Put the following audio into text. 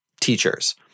teachers